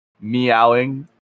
meowing